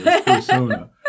persona